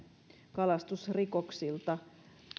kalastusrikoksilta